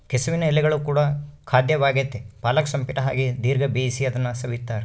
ಕೆಸುವಿನ ಎಲೆಗಳು ಕೂಡ ಖಾದ್ಯವಾಗೆತೇ ಪಾಲಕ್ ಸೊಪ್ಪಿನ ಹಾಗೆ ದೀರ್ಘ ಬೇಯಿಸಿ ಅದನ್ನು ಸವಿಯುತ್ತಾರೆ